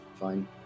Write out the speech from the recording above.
Fine